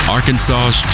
Arkansas